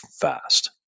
fast